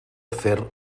afer